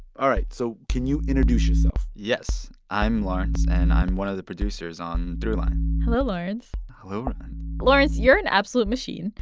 ah right. so can you introduce yourself? yes. i'm lawrence, and i'm one of the producers on throughline hello, lawrence hello, rund lawrence, you're an absolute machine.